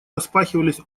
распахивались